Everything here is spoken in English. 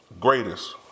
greatest